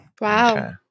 Wow